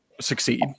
succeed